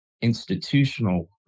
institutional